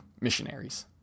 missionaries